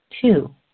Two